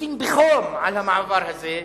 ממליצים בחום על המעבר הזה,